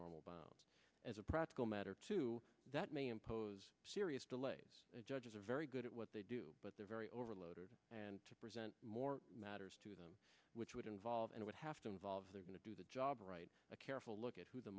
normal bounds as a practical matter to that may impose serious delays and judges are very good at what they do but they're very overloaded and to present more matters to them which would involve and would have to involve they're going to do the job right a careful look at who the